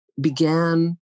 began